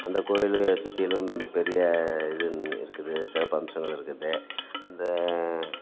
அந்த கோயிலுகள் சுற்றிலும் பெரிய இதுன்னு இருக்குது சிறப்பம்சங்கள் இருக்குது அந்த